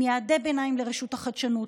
עם יעדי ביניים לרשות החדשנות,